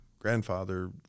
grandfather